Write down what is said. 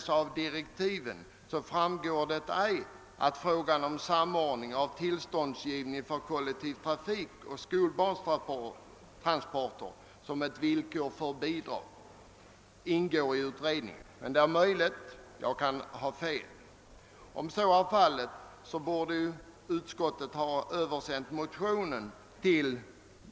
Såvitt jag kunnat se framgår det inte av direktiven om samordningen av tillståndsgivningen för kollektiv trafik och skolbarnstransporter ingår i uppdragen som ett villkor för bidrag men det är ju möjligt. Jag kan ha fel. Men om detta är utredningarnas uppgift borde utskottet ha översänt motionen till